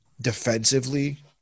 Defensively